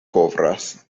kovras